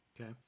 Okay